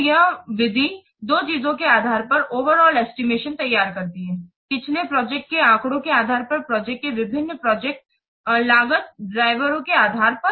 तो यह विधि दो चीजों के आधार पर ओवरआल एस्टिमेशन तैयार करती है पिछले प्रोजेक्ट के आंकड़ों के आधार पर प्रोजेक्ट के विभिन्न प्रोजेक्ट लागत ड्राइवरों के आधार पर